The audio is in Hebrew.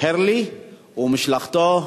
הילרי ומשלחתו.